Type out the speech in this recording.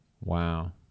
Wow